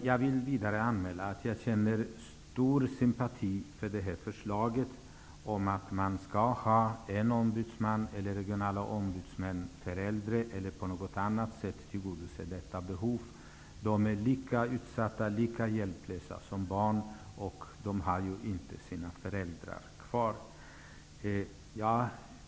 Jag vill vidare anmäla att jag känner stark sympati för förslaget om en ombudsman eller regionala ombudsmän för äldre, eller att på något annat sätt tillgodose detta behov. De är lika utsatta och lika hjälplösa som barn, och de har inte sina föräldrar kvar.